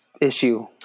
issue